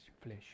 flesh